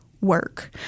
work